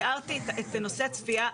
תיארתי את נושא הצפייה,